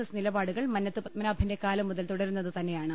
S നിലപാടു കൾ മന്നത്ത് പത്മനാഭന്റെ കാലം മുതൽ തുടരുന്നത് തന്നെയാണ്